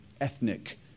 ethnic